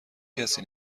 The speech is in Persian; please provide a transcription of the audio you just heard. کسی